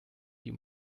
die